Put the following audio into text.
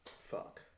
Fuck